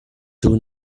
two